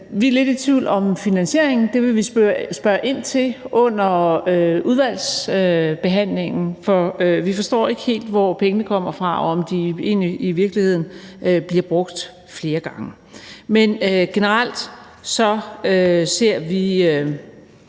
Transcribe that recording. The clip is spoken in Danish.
Vi er lidt i tvivl om finansieringen. Det vil vi spørge ind til under udvalgsbehandlingen, for vi forstår ikke helt, hvor pengene kommer fra, og om de egentlig i virkeligheden bliver brugt flere gange. Men generelt ser vi